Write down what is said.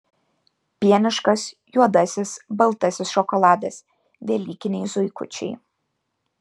pieniškas juodasis baltasis šokoladas velykiniai zuikučiai